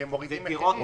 כי הם מורידים מחירים.